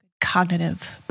cognitive